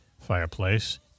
fireplace